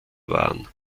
waren